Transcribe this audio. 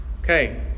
Okay